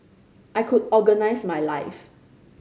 I could organise my life